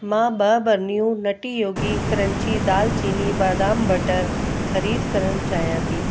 मां ॿ बरनियूं नटी योगी क्रंची दालचीनी बादाम बटर ख़रीदु करणु चाहियां थी